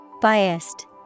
Biased